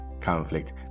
conflict